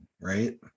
right